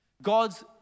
God's